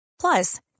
Plus